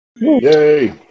Yay